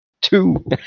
two